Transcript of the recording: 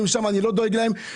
שם אני לא דואג להם,